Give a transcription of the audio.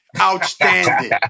Outstanding